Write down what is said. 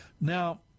Now